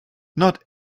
not